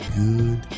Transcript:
good